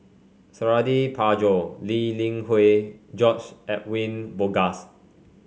Suradi Parjo Lee Li Hui George Edwin Bogaars